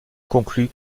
conclut